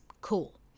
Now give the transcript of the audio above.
cool